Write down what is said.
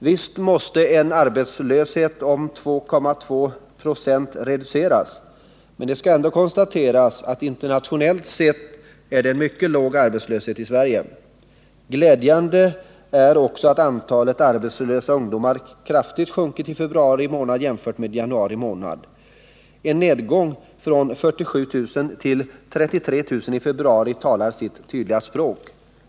Visst måste en arbetslöshet på 2,2 96 reduceras, men det skall ändå konstateras att vi i Sverige har en internationellt sett mycket låg arbetslöshet. Glädjande är också att antalet arbetslösa ungdomar kraftigt minskat i februari månad jämfört med januari månad. En nedgång från 47 000 till 33 000 i februari talar sitt tydliga språk.